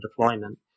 deployment